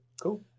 Cool